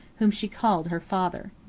whom she called her father.